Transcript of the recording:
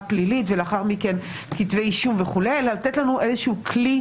פלילית ולאחר מכן כתבי אישום וכולי אלא לתת לנו כלי